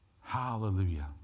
Hallelujah